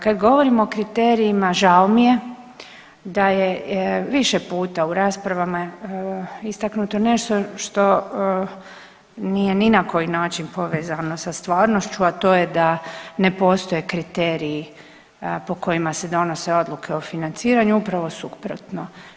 Kad govorim o kriterijima žao mi je da je više puta u raspravama istaknuto nešto što nije ni na koji način povezano sa stvarnošću, a to je da ne postoje kriteriji po kojima se donose odluke o financiranju, upravo suprotno.